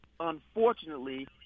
Unfortunately